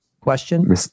Question